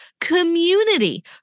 community